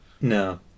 No